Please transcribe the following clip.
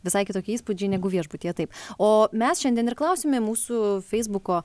visai kitokie įspūdžiai negu viešbutyje taip o mes šiandien ir klausėme mūsų feisbuko